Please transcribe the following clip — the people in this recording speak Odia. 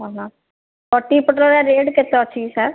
କଟକୀ ପୋଟଳର ରେଟ୍ କେତେ ଅଛି କି ସାର୍